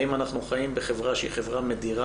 האם אנחנו חיים בחברה שהיא מדירה,